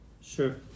Sure